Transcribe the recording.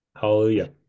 Hallelujah